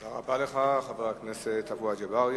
תודה רבה לך, חבר הכנסת עפו אגבאריה.